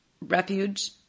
refuge